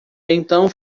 então